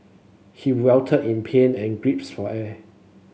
he writhed in pain and grips for air